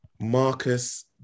Marcus